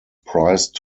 priced